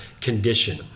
condition